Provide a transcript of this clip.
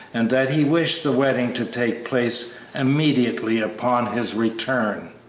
and that he wished the wedding to take place immediately upon his return.